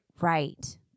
Right